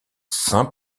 saint